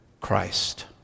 Christ